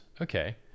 Okay